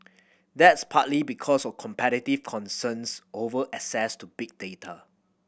that's partly because of competitive concerns over access to big data